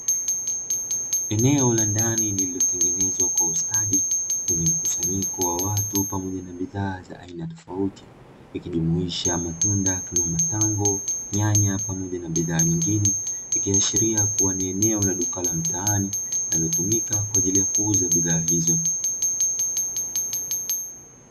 Eneo la ndani lililotengenezwa kwa ustadi wenye mkusanyiko wa watu pamoja na bidhaa za aina tofauti, ikijumuisha matunda kama matango, nyanya, pamoja na bidhaa nyingine. Ikiashiria kuwa ni eneo la duka la mtaani linalotumika kwa ajili ya kuuza bidhaa hizo.